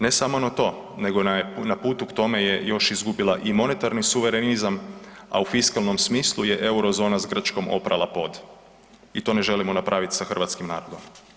Ne samo na to, nego je na putu k tome još izgubila i monetarni suverenizam, a u fiskalnom smislu je Eurozona s Grčkom oprala pod i to ne želimo napraviti sa hrvatskim narodom.